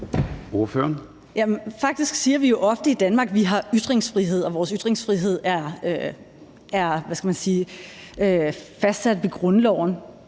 Faktisk siger vi jo ofte i Danmark, at vi har ytringsfrihed, og at vores ytringsfrihed er fastsat i grundloven.